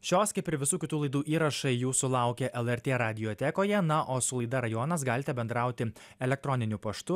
šios kaip ir visų kitų laidų įrašai jūsų laukia lrt radiotekoje na o su laida rajonas galite bendrauti elektroniniu paštu